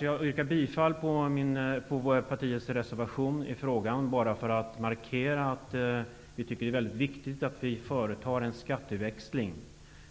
Jag yrkar bifall till Ny demokratis reservation, detta bara för att markera att vi tycker att det är mycket viktigt att man företar en skatteväxling.